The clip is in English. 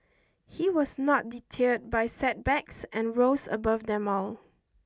he was not deterred by setbacks and rose above them all